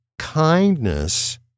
kindness